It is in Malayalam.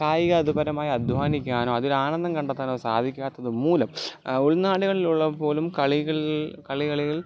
കായിക അത്പരമായ അധ്വാനിക്കാനോ അതിൽ ആനന്ദം കണ്ടെത്താനോ സാധിക്കാത്തത് മൂലം ഉൾനാടുകളിലുള്ള പോലും കളികൾ കളി കളികൾ